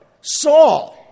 Saul